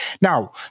Now